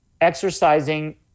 Exercising